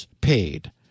paid